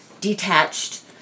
detached